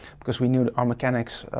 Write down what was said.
because we knew that our mechanics,